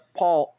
paul